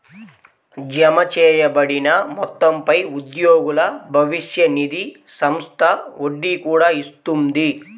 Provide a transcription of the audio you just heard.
జమచేయబడిన మొత్తంపై ఉద్యోగుల భవిష్య నిధి సంస్థ వడ్డీ కూడా ఇస్తుంది